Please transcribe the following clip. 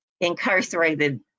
incarcerated